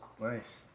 Nice